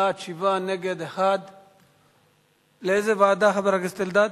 בעד, 7, נגד, 1. לאיזו ועדה, חבר הכנסת אלדד?